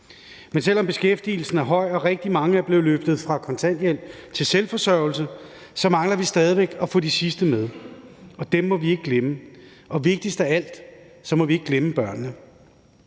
Men selv om beskæftigelsen er høj og rigtig mange er blevet løftet fra kontanthjælp til selvforsørgelse, så mangler vi stadig væk at få de sidste med, og dem må vi ikke glemme, og vigtigst af alt må vi ikke glemme børnene.